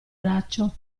braccio